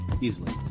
Easily